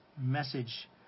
message